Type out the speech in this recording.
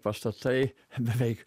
pastatai beveik